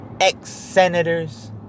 ex-senators